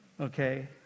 Okay